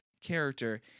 character